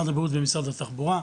משרד הבריאות ומשרד התחבורה,